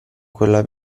quella